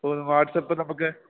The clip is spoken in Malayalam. ഇപ്പ വാട്സപ്പ് നമക്ക്